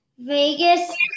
Vegas